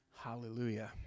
Hallelujah